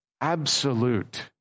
absolute